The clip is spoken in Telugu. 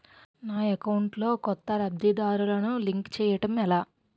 నా అకౌంట్ లో కొత్త లబ్ధిదారులను లింక్ చేయటం ఎలా?